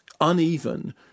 uneven